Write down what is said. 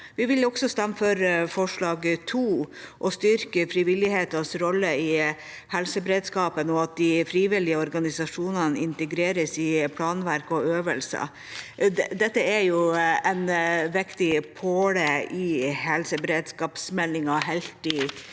Vi vil også stemme for forslag nr. 2, om å styrke frivillighetens rolle i helseberedskapen og at de frivillige organisasjonene integreres i planverk og øvelser. Dette er en viktig påle i helseberedskapsmeldinga, helt